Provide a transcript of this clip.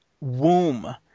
womb